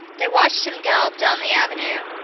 they watched him gallop down the avenue,